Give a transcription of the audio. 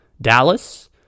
Dallas